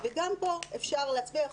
וגם פה אפשר להצביע בנפרד.